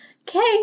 Okay